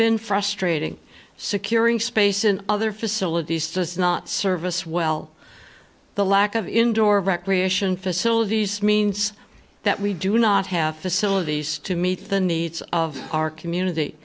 been frustrating securing space and other facilities does not serve us well the lack of indoor recreation facilities means that we do not have facilities to meet the needs of our community